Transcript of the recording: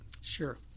Sure